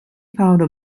powder